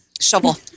shovel